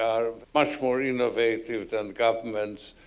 are much more innovative than governments.